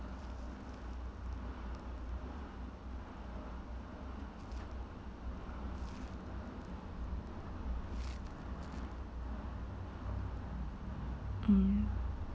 mm